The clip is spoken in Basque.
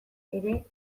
ere